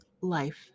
life